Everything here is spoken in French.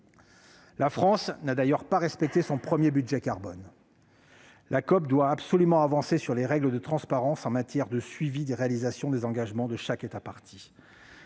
La France n'a d'ailleurs pas respecté son premier budget carbone. La COP doit absolument avancer sur les règles de transparence en matière de suivi des réalisations des engagements de chaque État partie.